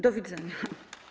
Do widzenia.